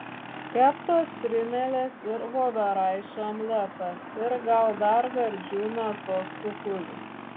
keptos strimelės ir voveraičių omletas ir gal dar gardžių mėsos kukulių